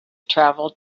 travel